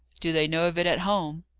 do they know of it at home?